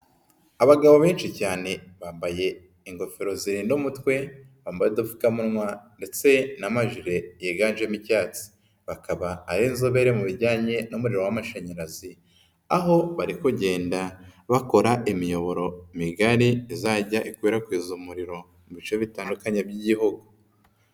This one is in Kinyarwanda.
Abagabo benshi cyane bambaye ingofero zirinda umutwe, bambaye udupfukamunwa ndetse n'amajire yiganjemo icyatsi. Bakaba ari inzobere mu bijyanye n'umuriro w'amashanyarazi, aho bari kugenda bakora imiyoboro migari izajya ikwirakwiza umuriro mu bice bitandukanye by'Igihugu.